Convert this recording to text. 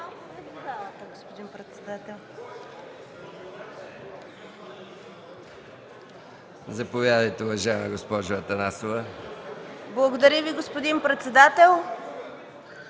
Благодаря, господин председателю.